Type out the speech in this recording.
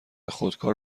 خودکار